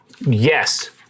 Yes